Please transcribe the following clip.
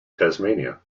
tasmania